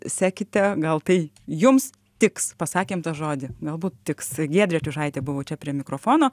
sekite gal tai jums tiks pasakėm tą žodį galbūt tiks giedrė čiužaitė buvau čia prie mikrofono